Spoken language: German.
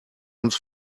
uns